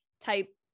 type